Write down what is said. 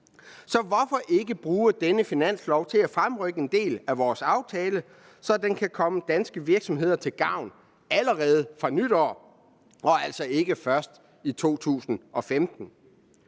Så hvorfor ikke bruge denne finanslov til at fremrykke en del af vores aftale, så den kan komme danske virksomheder til gavn allerede fra nytår og altså ikke først i 2015?